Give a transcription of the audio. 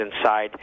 inside